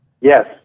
Yes